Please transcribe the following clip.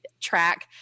track